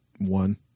One